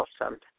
awesome